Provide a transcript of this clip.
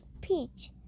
peach